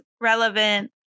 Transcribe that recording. relevant